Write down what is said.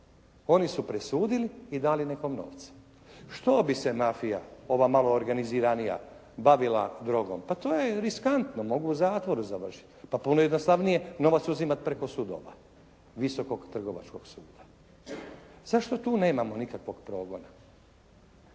Oni su presudili i dali nekom novce. Što bi se mafija ova malo organiziranija bavila drogom? Pa to je riskantno. Mogu u zatvoru završiti. Pa puno je jednostavnije novac uzimati preko sudova, Visokog trgovačkog suda. Zašto tu nemamo nikakvog progona?